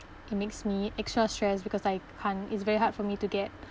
it makes me extra stress because I can't it's very hard for me to get